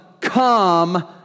come